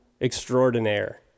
extraordinaire